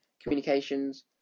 communications